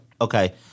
Okay